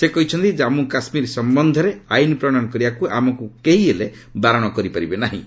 ସେ କହିଛନ୍ତି କାମ୍ମ କାଶ୍ମୀର ସମ୍ୟନ୍ଧରେ ଆଇନ୍ ପ୍ରଣୟନ କରିବାକୁ ଆମକୁ କେହିହେଲେ ବାରଣ କରିପାରିବେ ନାହିଁ